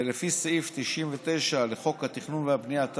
ולפי סעיף 99 לחוק התכנון והבנייה,